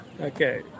Okay